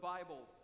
Bible